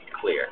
clear